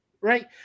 right